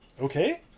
okay